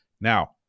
Now